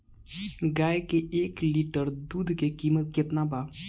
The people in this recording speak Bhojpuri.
गाय के एक लीटर दूध के कीमत केतना बा?